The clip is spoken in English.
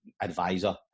advisor